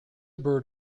bird